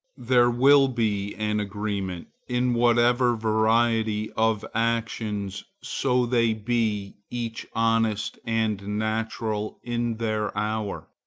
there will be an agreement in whatever variety of actions, so they be each honest and natural in their hour.